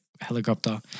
Helicopter